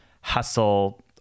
hustle